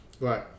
Right